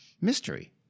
mystery